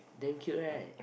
damn cute right